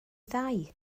ddau